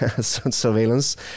surveillance